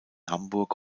hamburg